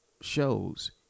shows